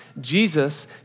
Jesus